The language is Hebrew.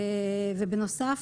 בנוסף,